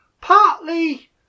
partly